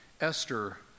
Esther